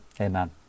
amen